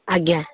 ଆଜ୍ଞା